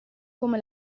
come